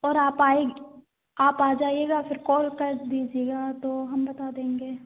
और आप आएग आप आ जाइएगा फिर कॉल कर दीजिएगा तो हम बता देंगे